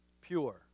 pure